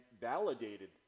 validated